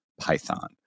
Python